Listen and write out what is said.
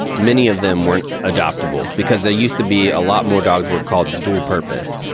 many of them weren't adoptable. because they used to be a lot more dogs were called dual purpose.